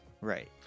Right